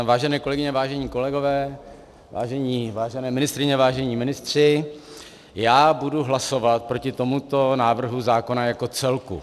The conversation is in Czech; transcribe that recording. Vážené kolegyně, vážení kolegové, vážené ministryně, vážení ministři, já budu hlasovat proti tomuto návrhu zákona jako celku.